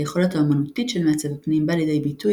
היכולת האמנותית של מעצב הפנים בא לידיי ביטוי